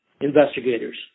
investigators